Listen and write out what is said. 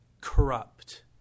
corrupt